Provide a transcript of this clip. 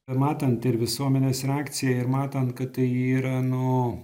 matant ir visuomenės reakciją ir matant kad tai yra nu